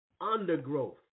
Undergrowth